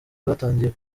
bwatangiye